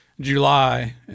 july